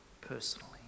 personally